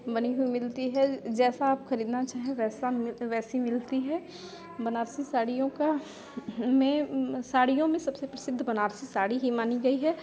बनी हुई मिलती है जैसा आप खरीदना चाहें वैसा वैसी मिलती है बनारसी साड़ियों का में साड़ियों में सबसे प्रसिद्ध बनारसी साड़ी ही मानी गई है